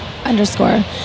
underscore